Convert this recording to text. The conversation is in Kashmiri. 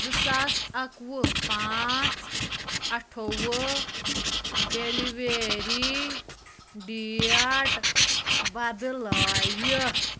زٕ ساس اَکہٕ وُہ پانٛژھ اَٹھووُہ ڈیٚلِویری ڈیٹ بدلٲوِتھ